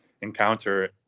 encounter